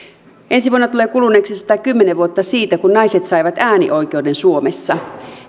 työhön ensi vuonna tulee kuluneeksi satakymmentä vuotta siitä kun naiset saivat äänioikeuden suomessa